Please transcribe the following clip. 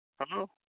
Hello